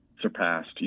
surpassed